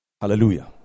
Hallelujah